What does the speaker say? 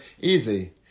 easy